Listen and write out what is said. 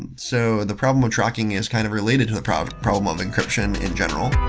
and so the problem with tracking is kind of related to the problem problem of encryption in general.